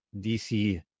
DC